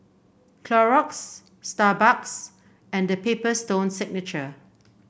Clorox Starbucks and The Paper Stone Signature